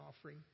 offering